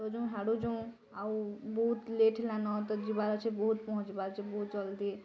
ତ ଯୋଉଁ ହାଡ଼ୁ ଯୋଉଁ ଆଉ ବହୁତ ଲେଟ ହେଲାନ ତ ଯିବାର ଅଛି ବହୁତ ପହଞ୍ଚିବାର ଅଛି ବହୁତ ଜଲଦି